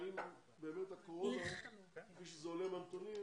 האם באמת הקורונה כפי שזה עולה מהנתונים